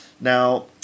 Now